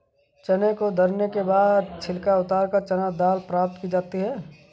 चने को दरने के बाद छिलका उतारकर चना दाल प्राप्त की जाती है